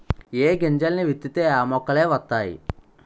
ఏ గింజల్ని విత్తితే ఆ మొక్కలే వతైయి